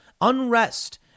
unrest